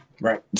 Right